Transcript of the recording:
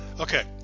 Okay